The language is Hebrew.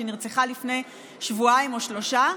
שנרצחה לפני שבועיים או שלושה,